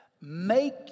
make